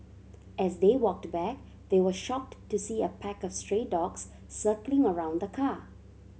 as they walked back they were shocked to see a pack of stray dogs circling around the car